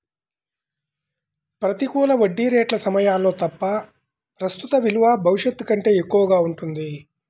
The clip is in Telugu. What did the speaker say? ప్రతికూల వడ్డీ రేట్ల సమయాల్లో తప్ప, ప్రస్తుత విలువ భవిష్యత్తు కంటే ఎక్కువగా ఉంటుంది